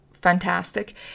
Fantastic